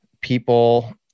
people